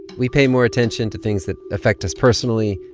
we pay more attention to things that affect us personally,